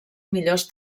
millors